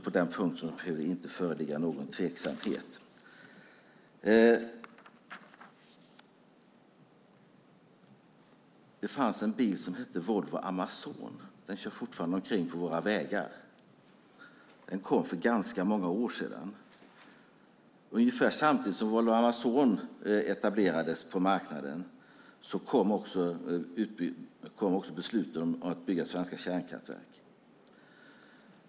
På den punkten ska det inte föreligga någon tveksamhet. Det fanns en bil som hette Volvo Amazon - den kör fortfarande omkring på våra vägar. Den kom för ganska många år sedan. Ungefär samtidigt som Volvo Amazon etablerades på marknaden kom beslutet om att bygga svenska kärnkraftverk.